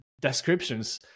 descriptions